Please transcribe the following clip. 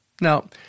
Now